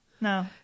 No